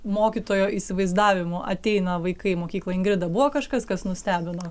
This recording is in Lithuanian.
mokytojo įsivaizdavimu ateina vaikai į mokyklą ingrida buvo kažkas kas nustebino